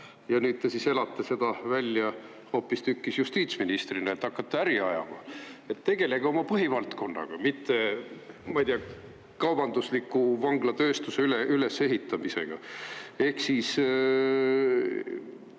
ja nüüd te siis elate seda välja hoopistükkis justiitsministrina, et hakkate äri ajama. Tegelege oma põhivaldkonnaga, mitte, ma ei tea, kaubandusliku vanglatööstuse ülesehitamisega. Ehk siis